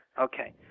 okay